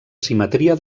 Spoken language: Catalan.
simetria